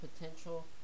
potential